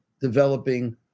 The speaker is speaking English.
developing